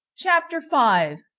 chapter five.